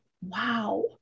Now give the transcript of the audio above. wow